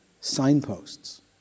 signposts